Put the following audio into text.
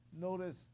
Notice